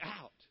out